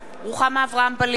רוחמה אברהם-בלילא,